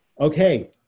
Okay